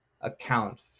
account